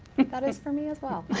that is for me as well.